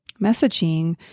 messaging